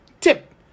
tip